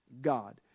God